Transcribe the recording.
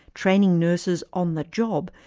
training nurses on the job,